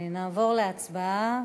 נעבור להצבעה.